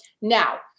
Now